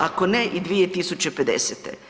Ako ne i 2050.